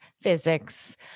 physics